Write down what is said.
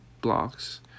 blocks